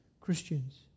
Christians